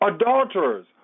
adulterers